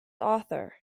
author